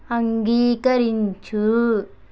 అంగీకరించు